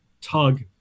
tug